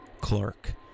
Clark